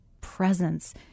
presence